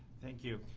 thank you.